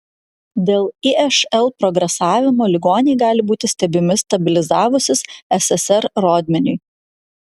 dėl išl progresavimo ligoniai gali būti stebimi stabilizavusis ssr rodmeniui